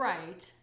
Right